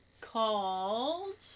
called